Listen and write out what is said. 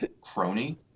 crony